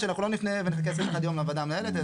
שאנחנו לא נפנה ונחכה 21 לוועדה המנהלת.